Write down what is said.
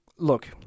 Look